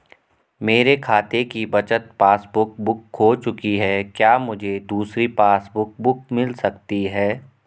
मेरे खाते की बचत पासबुक बुक खो चुकी है क्या मुझे दूसरी पासबुक बुक मिल सकती है?